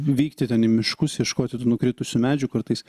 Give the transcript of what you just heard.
vykti ten į miškus ieškoti tų nukritusių medžių kartais